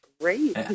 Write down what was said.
great